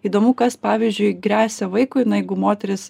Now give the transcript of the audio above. įdomu kas pavyzdžiui gresia vaikui na jeigu moteris